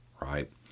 right